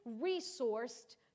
resourced